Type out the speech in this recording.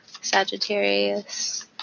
Sagittarius